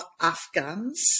Afghans